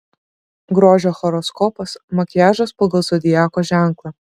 grožio horoskopas makiažas pagal zodiako ženklą